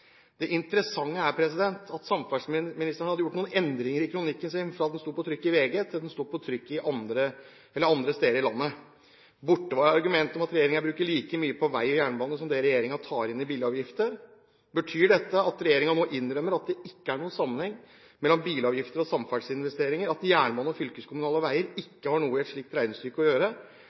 Det interessante er at samferdselsministeren hadde gjort noen endringer i kronikken sin fra den sto på trykk i VG til den sto på trykk andre steder i landet. Borte var argumentet om at regjeringen bruker like mye på vei og jernbane som det regjeringen tar inn i bilavgifter. Betyr dette at regjeringen nå innrømmer at det ikke er noen sammenheng mellom bilavgifter og samferdselsinvesteringer, at jernbane og fylkeskommunale veier ikke har noe i et slikt regnestykke å gjøre,